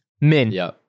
min